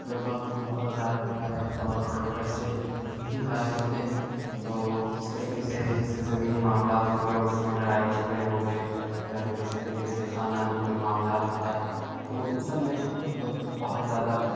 اس میں وقت بھی بہت ضائع ہوتا ہے اور پیسے بھی ضائع ہوتے ہیں تو اس طریقے سے جیسے زمینی معاملات ہو گیا اس میں لڑائی جھگڑے ہو گئے یا پھر اسی طریقے سے خاندانی کوئی معاملات ہوتا ہے تو ان سب میں مطلب بہت زیادہ